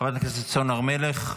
חברת הכנסת סון הר מלך,